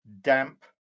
damp